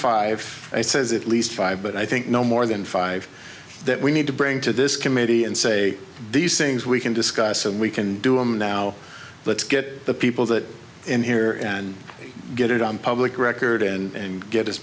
five i says at least five but i think no more than five that we need to bring to this committee and say these things we can discuss and we can do i'm now let's get the people that are in here and get it on public record and get as